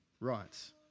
rights